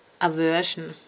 aversion